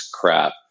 crap